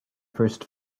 first